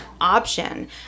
option